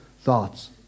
thoughts